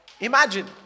Imagine